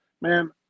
man